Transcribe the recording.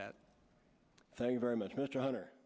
that thank you very much mr hunter